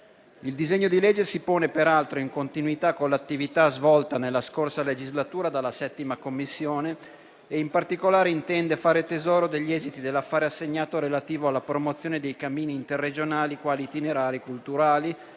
Il disegno di legge si pone peraltro in continuità con l'attività svolta nella passata legislatura dalla 7a Commissione e, in particolare, intende fare tesoro degli esiti dell'affare assegnato relativo alla promozione dei cammini interregionali quali itinerari culturali,